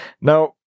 Now